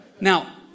Now